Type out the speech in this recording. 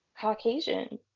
Caucasian